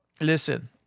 listen